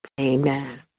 Amen